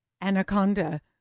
Anaconda